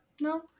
No